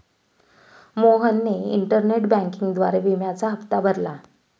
मोहनने इंटरनेट बँकिंगद्वारे विम्याचा हप्ता भरला